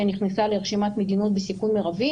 נכנסה לרשימת מדינות בסיכון מרבי.